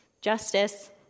justice